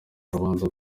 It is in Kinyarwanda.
urubanza